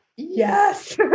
Yes